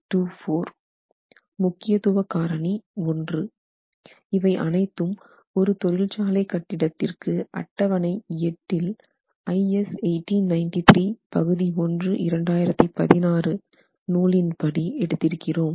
24 IV மண்டலம் முக்கியத்துவ காரணி 1 இவை அனைத்தும் ஒரு தொழிற்சாலை கட்டிடத்திற்கு அட்டவணை 8 எட்டில் IS 1893 Part1 2016 நூலின் படி எடுத்திருக்கிறோம்